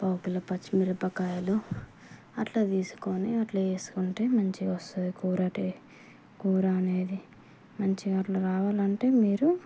పావు కిలో పచ్చిమిరపకాయలు అట్లా తీసుకుని అట్లా వేసుకుంటే మంచిగా వస్తుంది కూర టే కూర అనేది మంచిగా అట్లా రావాలంటే మీరు